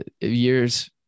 years